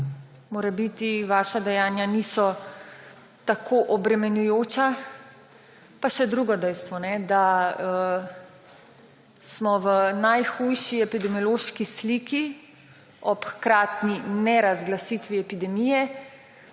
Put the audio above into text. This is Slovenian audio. da morebiti vaša dejanja niso tako obremenjujoča. Pa še drugo dejstvo – da smo v najhujši epidemiološki sliki ob hkratni nerazglasitvi epidemije.